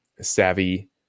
savvy